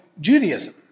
Judaism